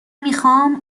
میخوام